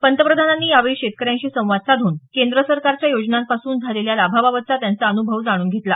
पंतप्रधानांनी यावेळी शेतकऱ्यांशी संवाद साधून केंद्र सरकारच्या योजनांपासून झालेल्या लाभाबाबतचा त्यांचा अन्भव जाणून घेतला